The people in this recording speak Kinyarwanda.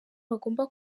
bagomba